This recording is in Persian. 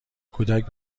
کودک